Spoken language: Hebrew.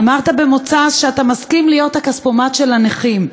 אמרת במוצ"ש שאתה מסכים להיות הכספומט של הנכים,